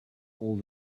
all